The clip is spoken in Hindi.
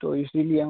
तो इसीलिए हम